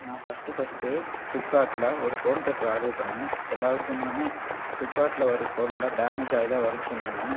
நான் first first ஃப்ளிப்கார்ட்டில் ஒரு ஹோம் தேட்டர் ஆர்டர் பண்ணேன் எல்லாரும் சொன்னாங்க ஃப்ளிப்கார்ட்டில் வர பொருள்லாம் டேமேஜாகி தான் வருன்னு சொன்னாங்க